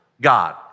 God